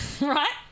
right